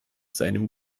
seinem